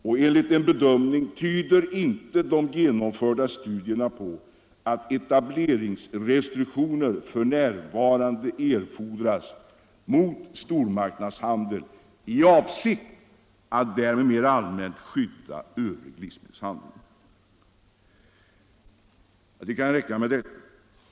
Utredningens bedömning är att de genomförda studierna inte tyder på att det f.n. erfordras etableringsrestriktioner mot stormarknadshandeln i avsikt att därmed mera allmänt skydda övrig livsmedelshandel. Det kan räcka med det anförda.